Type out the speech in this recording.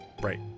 Right